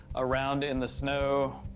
around in the snow,